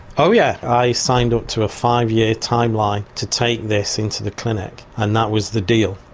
oh yeah, i signed up to a five year time-line to take this into the clinic and that was the deal.